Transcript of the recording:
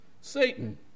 Satan